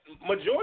Majority